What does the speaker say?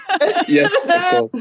Yes